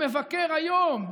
שמבקר היום,